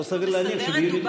לא סביר להניח שביוני,